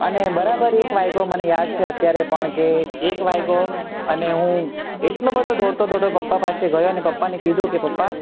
અને બરાબર એક વાગ્યો મને યાદ છે અત્યારે પણ કે એક વાગ્યો અને હું એટલો બધો દોડતો દોડતો પપ્પા પાસે ગયો અને પપ્પાને કીધું કે પપ્પા